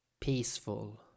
peaceful